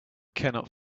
cannot